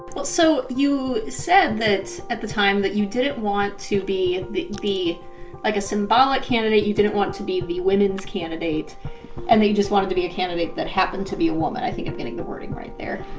well, so you said that at the time that you didn't want to be the the like, a symbolic candidate. you didn't want to be the women's candidate and that you just wanted to be a candidate that happened to be a woman. i think i'm getting the wording right there.